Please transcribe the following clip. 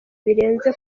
birenze